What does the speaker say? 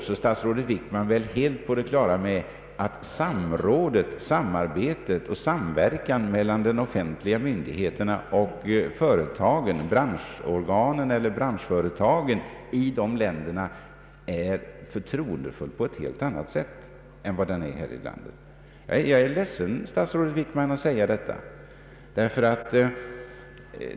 Statsrådet Wickman är väl också helt på det klara med att samrådet, samarbetet och samverkan mellan de offentliga myndigheterna och företagen — branschorganen eller branschföretagen — i de länderna är förtroendefullt på ett helt annat sätt än här i landet. Jag är ledsen, statsrådet Wickman, över att behöva säga detta.